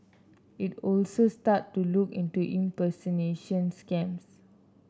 it will also start to look into impersonation scams